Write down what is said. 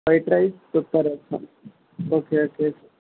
white rice pepper rasam okay okay